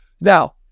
Now